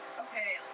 Okay